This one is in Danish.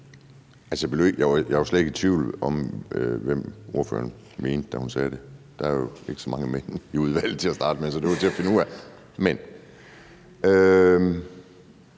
Jeg var slet ikke i tvivl om, hvem ordføreren mente, da hun sagde det. Der er jo ikke så mange mænd i udvalget, vil jeg sige til at starte med, så det var til at finde ud af.